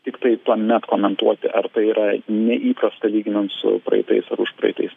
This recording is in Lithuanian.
tiktai tuomet komentuoti ar tai yra neįprasta lyginant su praeitais ar užpraeitais